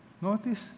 Notice